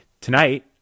tonight